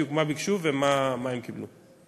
בדיוק מה ביקשו ומה הם קיבלו.